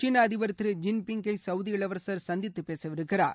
சீள அழிபர் திரு ஜின் பிங்கை சவுதி இளவரசர் சந்தித்து பேசவிருக்கிறார்